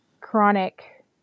chronic